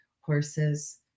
horses